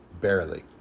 Barely